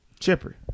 Chipper